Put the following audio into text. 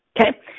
okay